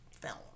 film